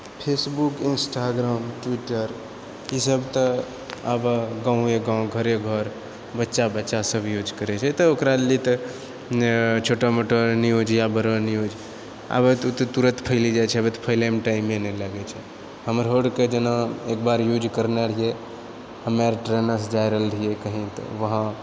Facebook Instagram Twitter ई सब तऽ आब गाँवे गाँव घरे घर बच्चा बच्चा सब यूज करैत छै तऽ ओकरा लिअऽ तऽ छोटा मोटा न्यूज या बड़ो न्यूज आब तऽ तुरत फैल जाइत छै फैलैमे टाइमे नहि लागैत छै हमर आरके जेना एकबार यूज करने रहिऐ हमे आर ट्रेनेसँ कहीँ जाइत रहिऐ कही तऽ वहांँ